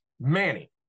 manny